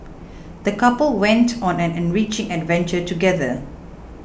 the couple went on an enriching adventure together